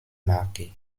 marqué